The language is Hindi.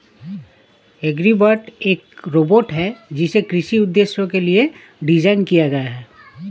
एग्रीबॉट एक रोबोट है जिसे कृषि उद्देश्यों के लिए डिज़ाइन किया गया है